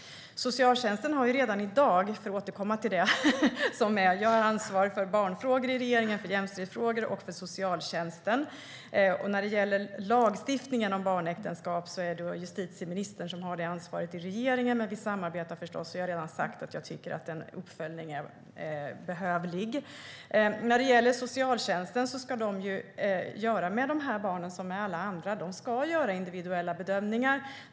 Jag har i regeringen ansvar för barnfrågor, jämställdhetsfrågor och socialtjänsten. När det gäller lagstiftningen om barnäktenskap är det justitieministern som har ansvaret i regeringen. Men vi samarbetar förstås. Jag har redan sagt att jag tycker att en uppföljning är behövlig. När det gäller socialtjänsten ska de göra med de här barnen som med alla andra. De ska göra individuella bedömningar.